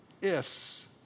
ifs